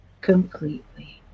completely